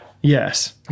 yes